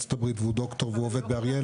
מארצות הברית והוא דוקטור והוא עובד באריאל.